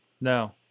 No